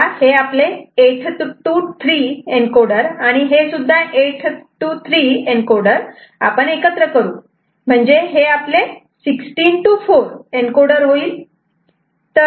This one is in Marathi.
तेव्हा हे 8 to 3 एन्कॉडर आणि हेसुद्धा 8 to 3 एन्कॉडर एकत्र करू म्हणजे हे आपले 16 to 4 एन्कॉडर होईल